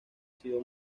sido